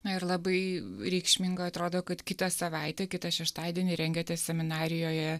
na ir labai reikšminga atrodo kad kitą savaitę kitą šeštadienį rengiate seminarijoje